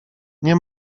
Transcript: nie